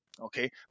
Okay